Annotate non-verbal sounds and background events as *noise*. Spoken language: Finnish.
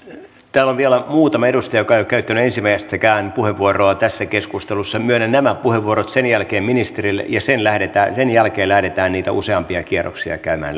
täällä on vielä muutama edustaja joka ei ole käyttänyt ensimmäistäkään puheenvuoroa tässä keskustelussa myönnän nämä puheenvuorot sen jälkeen puheenvuoron ministerille ja sen jälkeen lähdetään niitä useampia kierroksia käymään *unintelligible*